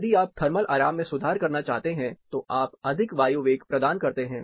यदि आप थर्मल आराम में सुधार करना चाहते हैं तो आप अधिक वायु वेग प्रदान करते हैं